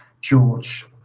George